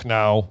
now